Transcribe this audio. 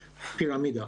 הפירמידה.